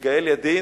יגאל ידין,